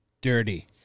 Dirty